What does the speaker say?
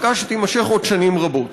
ארכה שתימשך עוד שנים רבות.